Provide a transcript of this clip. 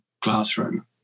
classroom